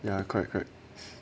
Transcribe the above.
ya correct correct